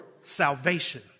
salvation